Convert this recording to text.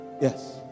Yes